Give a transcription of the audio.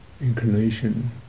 inclination